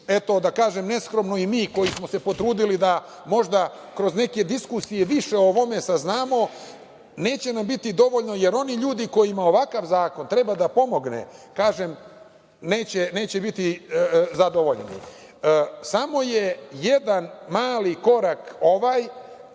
a da kažem neskromno i mi koji smo se potrudili da možda kroz neke diskusije više o ovome saznamo. Neće nam biti dovoljno, jer oni ljudi kojima ovakav zakon treba da pomogne, kažem, neće biti zadovoljni. Samo je jedan mali korak ovaj,